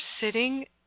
sitting